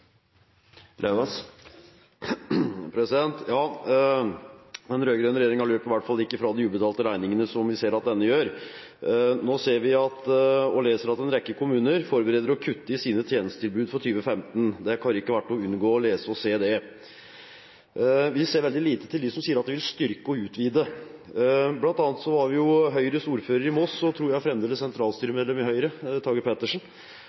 Den rød-grønne regjeringen løp i hvert fall ikke fra de ubetalte regningene, som vi ser at denne regjeringen gjør. Nå ser og leser vi at en rekke kommuner forbereder å kutte i sine tjenestetilbud for 2015. En har ikke kunnet unngå å lese og se det. Vi ser veldig lite til dem som sier at de vil styrke og utvide. Blant annet uttalte Tage Pettersen, Høyres ordfører i Moss og – fremdeles, tror jeg